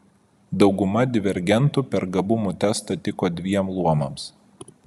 dauguma divergentų per gabumų testą tiko dviem luomams